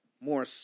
more